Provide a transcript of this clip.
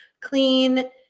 clean